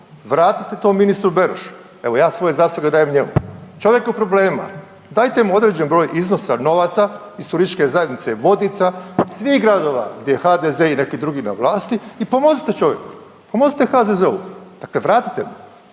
vratite to ministru Berošu, evo ja svoje zasluge dajem njemu. Čovjek je u problemima, dajte mu određeni broj iznosa novaca iz TZ Vodica, svih gradova gdje HDZ i neki drugi na vlasti i pomozite čovjeku, pomozite HZZO-u, dakle vratite.